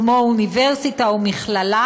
כמו אוניברסיטה או מכללה,